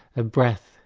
a breath,